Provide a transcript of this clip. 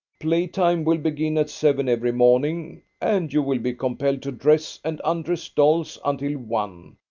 playtime will begin at seven every morning and you will be compelled to dress and undress dolls until one,